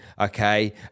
okay